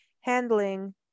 handling